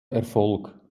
erfolg